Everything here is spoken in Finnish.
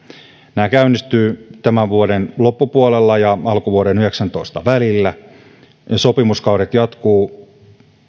nämä käynnistyvät tämän vuoden loppupuolella ja alkuvuoden kaksituhattayhdeksäntoista välillä ja sopimuskaudet jatkuvat